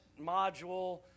module